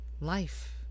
life